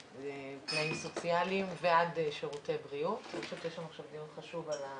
הגברת ששמענו פה את הסיפור שלה,